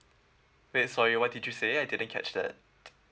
wait sorry what did you say I didn't catch that